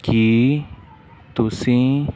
ਕੀ ਤੁਸੀਂ